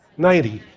ninety.